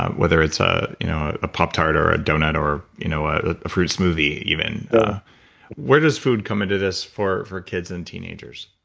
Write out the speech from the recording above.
whether it's ah you know a pop tart or a doughnut or you know ah a fruit smoothie even yeah where does food come into this for for kids and teenagers?